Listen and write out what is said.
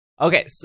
Okay